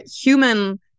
human